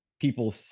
people